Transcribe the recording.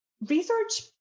research